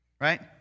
right